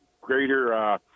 greater